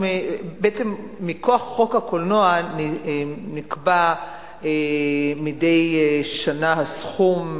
מכוח חוק הקולנוע נקבע מדי שנה הסכום,